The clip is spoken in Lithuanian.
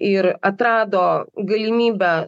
ir atrado galimybę